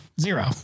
Zero